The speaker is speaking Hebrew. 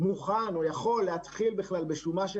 מוכן או יכול להתחיל בכלל בשומה של